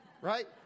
right